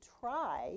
try